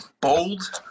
Bold